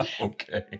Okay